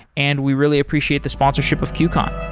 and we really appreciate the sponsorship of qcon.